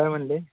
काय म्हणाले